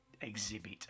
exhibit